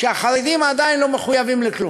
כשהחרדים עדיין לא מחויבים לכלום.